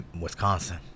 wisconsin